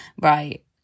right